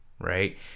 right